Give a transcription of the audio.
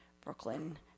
Brooklyn